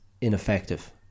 ineffective